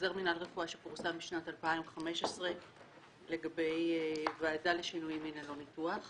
בחוזר מינהל רפואה שפורסם בשנת 2015 לגבי ועדה לשינוי מין ללא ניתוח